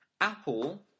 Apple